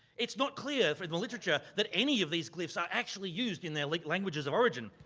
it's not clear from the literature that any of these glyphs are actually used in their like languages of origin.